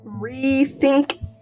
rethink